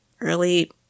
early